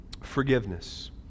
Forgiveness